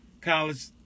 College